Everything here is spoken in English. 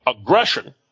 Aggression